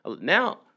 now